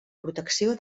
protecció